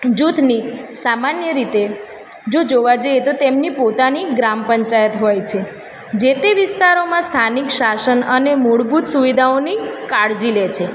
જૂથની સામાન્ય રીતે જો જોવા જઈએ તો તેમની પોતાની ગ્રામ પંચાયત હોય છે જે તે વિસ્તારોમાં સ્થાનિક શાસન અને મૂળભૂત સુવિધાઓની કાળજી લે છે